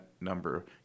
number